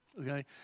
okay